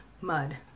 mud